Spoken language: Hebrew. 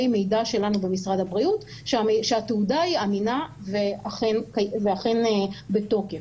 מידע שלנו במשרד הבריאות שהתעודה היא אמינה ואכן בתוקף.